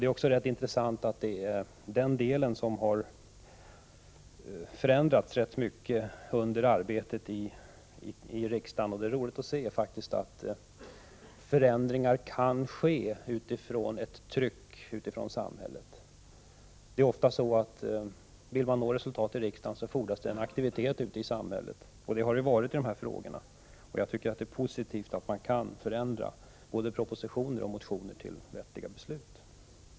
Det är också rätt intressant att det är denna del av betänkandet som har förändrats en hel del under arbetet i riksdagen. Det är roligt att se att förändringar kan ske efter ett tryck från olika håll i samhället. Vill man nå resultat i riksdagen fordras aktivitet ute i samhället, och det har det verkligen varit i dessa frågor. Det är positivt att både propositioner och motioner kan leda till vettiga beslut.